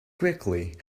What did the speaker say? quickly